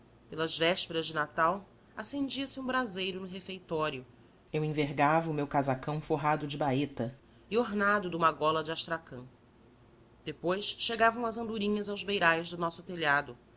pelas vésperas de natal acendia se um braseiro no refeitório eu envergava o meu casacão forrado de baeta e ornado de uma gola de astracã depois chegavam as andorinhas aos beirais do nosso telhado